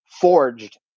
forged